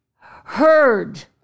heard